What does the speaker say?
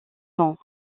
sont